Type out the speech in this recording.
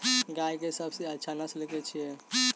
गाय केँ सबसँ अच्छा नस्ल केँ छैय?